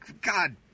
God